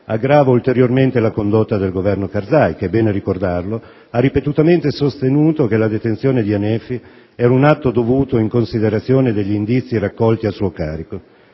aggrava ulteriormente la condotta del Governo Karzai che - è bene ricordarlo - ha ripetutamente sostenuto che la detenzione di Hanefi era un atto dovuto in considerazione degli indizi raccolti a suo carico.